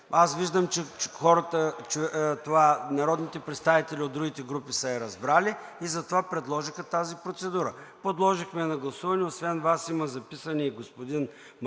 Аз виждам, че народните представители от другите групи са я разбрали и затова предложиха тази процедура и я подложихме на гласуване. Освен Вас има записани и господин Мартин